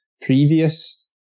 previous